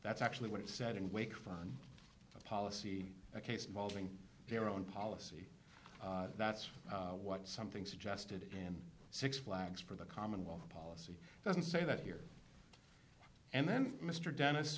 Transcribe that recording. that's actually what it said in wake foreign policy a case involving their own policy that's what something suggested in six flags for the commonwealth policy doesn't say that here and then mr dennis